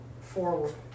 forward